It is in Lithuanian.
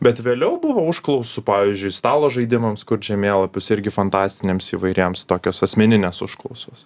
bet vėliau buvo užklausų pavyžiui stalo žaidimams kur žemėlapius irgi fantastiniams įvairiems tokios asmeninės užklausos